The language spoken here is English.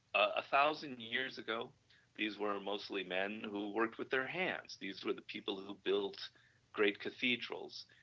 a thousand years ago these were mostly men who worked with their hands, these were the people who who built great cafeteros,